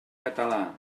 català